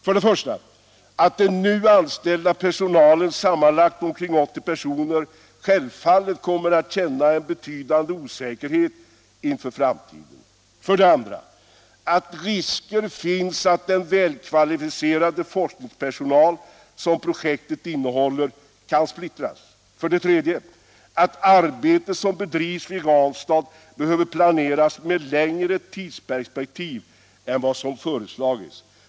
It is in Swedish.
För det första kommer den nu anställda personalen, sammanlagt omkring 80 personer, självfallet att känna en betydande osäkerhet inför framtiden. För det andra finns risker för att den väl kvalificerade forskningspersonal som ingår i projektet kan splittras. För det tredje behöver det arbete som bedrivs i Ranstad planeras med längre tidsperspektiv än vad som föreslagits.